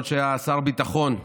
עוד כשהיה שר הביטחון,